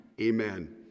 Amen